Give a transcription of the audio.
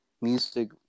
music